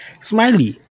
Smiley